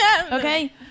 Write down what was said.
Okay